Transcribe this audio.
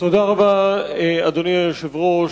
תודה רבה, אדוני היושב-ראש.